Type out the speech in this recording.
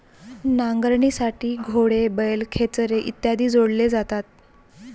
नांगरणीसाठी घोडे, बैल, खेचरे इत्यादी जोडले जातात